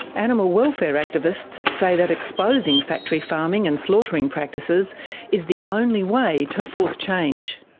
animal welfare activists say that exposing factory farming and slaughtering practices is the only way to force change.